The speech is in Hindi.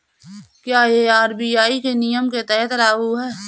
क्या यह आर.बी.आई के नियम के तहत लागू है?